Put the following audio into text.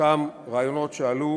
אותם רעיונות שעלו